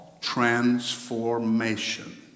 Transformation